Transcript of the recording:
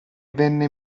venne